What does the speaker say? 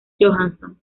johansson